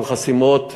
עם חסימות,